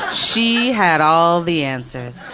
she had all the answers.